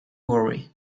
worry